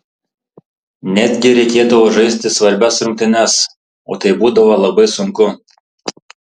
netgi reikėdavo žaisti svarbias rungtynes o tai būdavo labai sunku